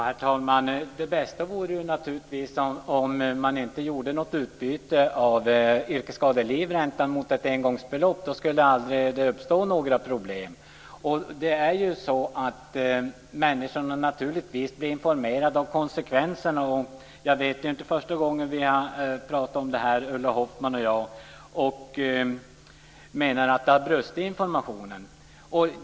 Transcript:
Herr talman! Det bästa vore naturligtvis om man inte gjorde något utbyte av yrkesskadelivräntan mot ett engångsbelopp. Då skulle det aldrig uppstå några problem. Det är naturligtvis så att människorna blir informerade om konsekvenserna. Det är inte första gången vi har pratat om det här, Ulla Hoffmann och jag, alltså det här om att det har brustit i informationen.